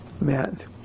Matt